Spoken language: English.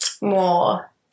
more